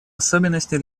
особенности